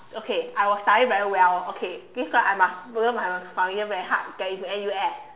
okay I will study very well okay this one I must this one I must study very hard to get into N_U_S